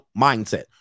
mindset